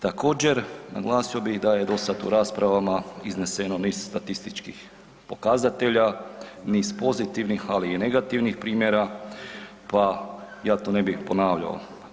Također naglasio bih da je u do sada u raspravama izneseno niz statističkih pokazatelja, niz pozitivnih, ali i negativnih primjera pa ja to ne bih ponavljao.